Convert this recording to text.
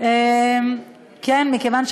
שהייתה באותן מדינות.